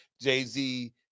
Jay-Z